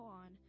on